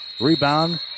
Rebound